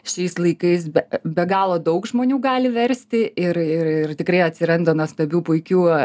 šiais laikais be be galo daug žmonių gali versti ir ir ir tikrai atsiranda nuostabių puikių